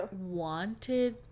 wanted